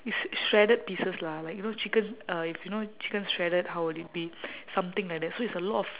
it's shredded pieces lah like you know chicken uh if you know chicken shredded how will it be something like that so it's a lot of